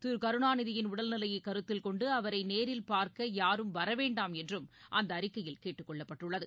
திருகருணாநிதியின் உடல்நிலையைகருத்தில் கொண்டுஅவரைநேரில் பார்க்கயாரும் வரவேண்டாம் என்றும் அந்தஅறிக்கையில் கேட்டுக்கொள்ளப்பட்டுள்ளது